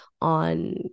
on